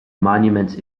monuments